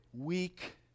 weak